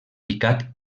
picat